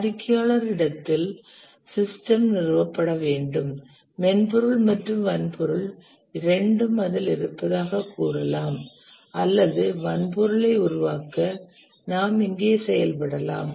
வாடிக்கையாளர் இடத்தில் சிஸ்டம் நிறுவப்பட வேண்டும் மென்பொருள் மற்றும் வன்பொருள் இரெண்டும் அதில் இருப்பதாகக் கூறலாம் அல்லது வன்பொருளை உருவாக்க நாம் இங்கே செயல்படலாம்